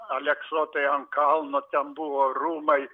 aleksoto ant kalno ten buvo rūmai